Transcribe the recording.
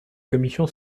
commission